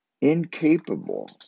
incapable